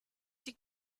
die